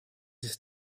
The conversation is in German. ist